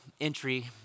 entry